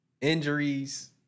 Injuries